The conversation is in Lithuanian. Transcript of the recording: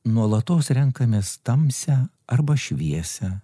nuolatos renkamės tamsią arba šviesią